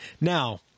Now